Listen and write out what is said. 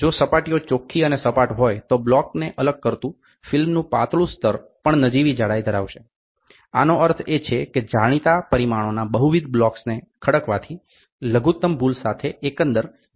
જો સપાટીઓ ચોખ્ખી અને સપાટ હોય તો બ્લોકને અલગ કરતુ ફિલ્મનુ પાતળુ સ્તર પણ નજીવી જાડાઈ ધરાવશે આનો અર્થ એ છે કે જાણીતા પરિમાણોના બહુવિધ બ્લોક્સને ખડકવાથી લઘુત્તમ ભૂલ સાથે એકંદર પરિમાણ મળશે